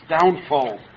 downfall